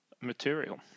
material